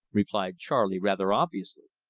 replied charley rather obviously.